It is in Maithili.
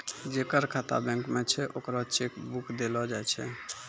जेकर खाता बैंक मे छै ओकरा चेक बुक देलो जाय छै